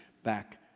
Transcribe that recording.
Back